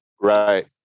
Right